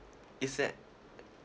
is that